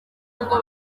ngo